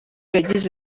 yagize